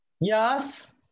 Yes